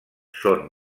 són